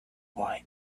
why